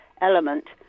element